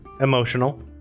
emotional